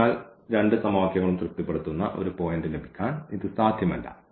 അതിനാൽ രണ്ട് സമവാക്യങ്ങളും തൃപ്തിപ്പെടുത്തുന്ന ഒരു പോയിന്റ് ലഭിക്കാൻ ഇത് സാധ്യമല്ല